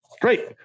Great